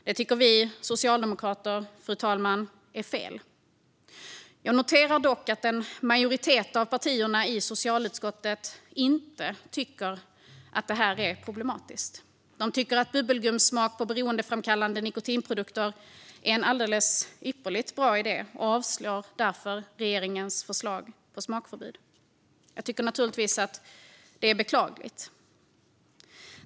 Det tycker vi socialdemokrater är fel, fru talman. Jag noterar dock att en majoritet av partierna i socialutskottet inte tycker att det här är problematiskt. De tycker att bubbelgumssmak på beroendeframkallande nikotinprodukter är en alldeles ypperlig idé och avslår därför regeringens förslag på smakförbud. Jag tycker naturligtvis att detta är beklagligt.